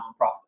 nonprofit